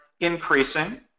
increasing